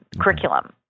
curriculum